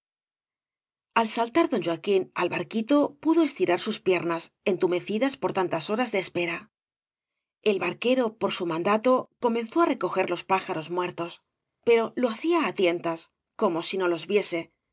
al saltar don joaquín al barquito pudo estirar gus piernas entumecidas por tantas horas de eepe ra el barquero por su mandato comenzó á recoger les pájaros muertos pero lo hacía á tientas como si no los viese